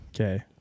Okay